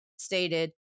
stated